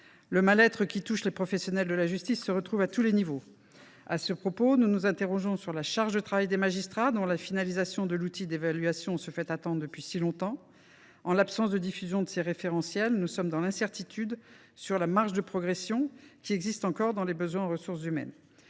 Le mal être qui touche les professionnels de la justice se retrouve à tous les niveaux. À ce propos, nous nous interrogeons sur la charge de travail des magistrats, dont l’outil d’évaluation est attendu depuis si longtemps. Sans ces référentiels, nous demeurons dans l’incertitude sur la marge de progression qui existe encore en matière de ressources humaines.